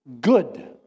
good